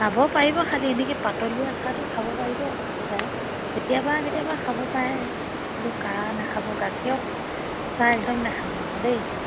খাব পাৰিব খালী এনেকৈ পাতলীয়া চাহটো খাব পাৰিব সদায় কেতিয়াবা কেতিয়াবা খাব পাৰে নাখাব গাখীৰৰ চাহ একদম নাখাব আকৌ দেই